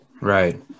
Right